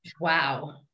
wow